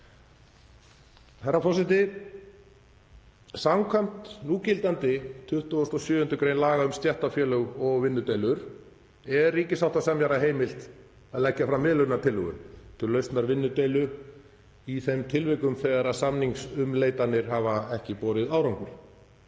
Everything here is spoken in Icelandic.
Herra forseti. Samkvæmt núgildandi 27. gr. laga um stéttarfélög og vinnudeilur er ríkissáttasemjara heimilt að leggja fram miðlunartillögu til lausnar vinnudeilu í þeim tilvikum þegar samningsumleitanir hans hafa ekki borið árangur.